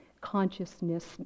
consciousness